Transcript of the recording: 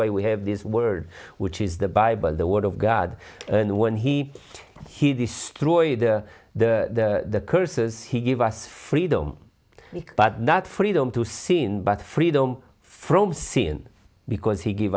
why we have this word which is the bible the word of god and when he he destroyed the the curse is he give us freedom but not freedom to seen but freedom from sin because he gave